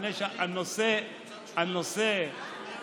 אז תעבירו בטרומית.